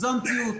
זאת המציאות.